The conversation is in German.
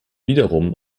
wiederum